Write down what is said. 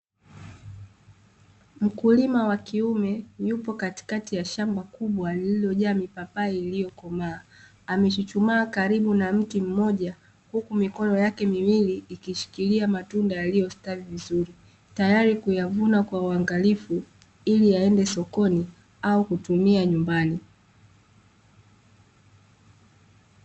Mkulima wa kiume yupo katikati ya shamba kubwa lililojaa mipapai iliyokomaa, amechuchumaa karibu ya mti mmoja, huku mikono yake miwili ikishikilia matunda yaliyo stawi vizuri, tayari kuyavuna kwa uangalifu ili yaende sokoni au kutumia nyumbani.